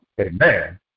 amen